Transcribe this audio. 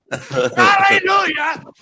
Hallelujah